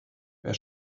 wer